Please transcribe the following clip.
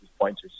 points